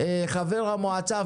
חבר המועצה,